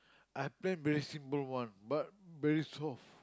I paint very simple [one] but very soft